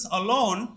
alone